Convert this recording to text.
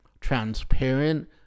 transparent